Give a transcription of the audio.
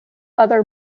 other